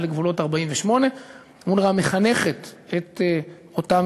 אלא לגבולות 48'. אונר"א מחנכת את אותם